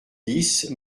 dix